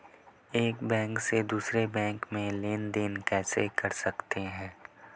एक बैंक से दूसरे बैंक में लेनदेन कैसे कर सकते हैं?